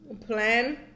Plan